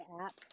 app